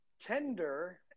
Tender